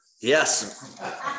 Yes